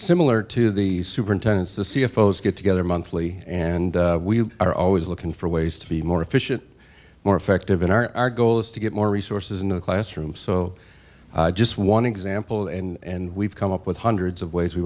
similar to the superintendents the c f o get together monthly and we are always looking for ways to be more efficient more effective in our goal is to get more resources in the classroom so just one example and we've come up with hundreds of ways we